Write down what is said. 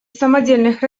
самодельных